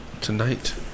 tonight